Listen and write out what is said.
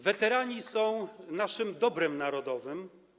Weterani są naszym dobrem narodowym.